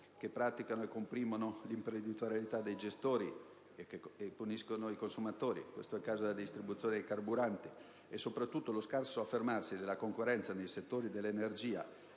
da pratiche che comprimono l'imprenditorialità dei gestori e puniscono i consumatori (è il caso della distribuzione dei carburanti) e, sopratutto, lo scarso affermarsi della concorrenza nei settori dell'energia